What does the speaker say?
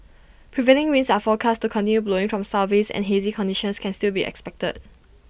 prevailing winds are forecast to continue blowing from Southeast and hazy conditions can still be expected